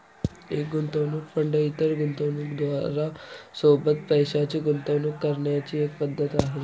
एक गुंतवणूक फंड इतर गुंतवणूकदारां सोबत पैशाची गुंतवणूक करण्याची एक पद्धत आहे